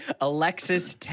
Alexis